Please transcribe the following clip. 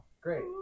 Great